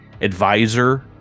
advisor